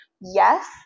yes